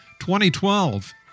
2012